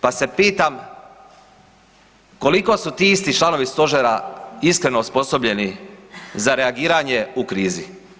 Pa se pitam, koliko su ti isti članovi stožera iskreno osposobljeni za reagiranje u krizi?